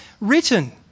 written